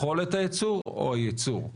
יכולת הייצור או הייצור?